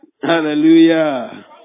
Hallelujah